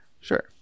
Sure